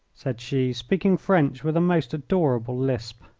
said she, speaking french with a most adorable lisp,